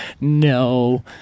No